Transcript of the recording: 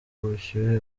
ubushyuhe